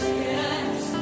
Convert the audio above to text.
yes